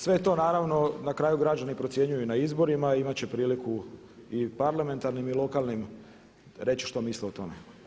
Sve to naravno na kraju građani procjenjuju na izborima, imat će priliku i parlamentarnim i lokalnim reći što misle o tome.